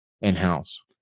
in-house